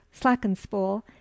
slackenspool